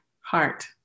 heart